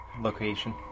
location